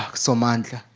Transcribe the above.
so month.